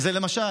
למשל,